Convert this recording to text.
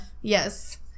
Yes